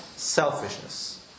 Selfishness